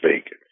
speak